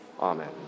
Amen